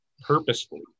purposefully